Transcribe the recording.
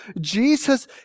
Jesus